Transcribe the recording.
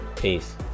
Peace